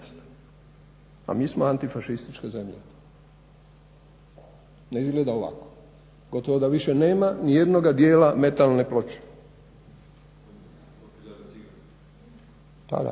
A mi smo antifašistička zemlja. Ne izgleda ovako. Gotovo da više nema ni jednoga dijela metalne ploče. Da, da.